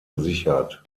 gesichert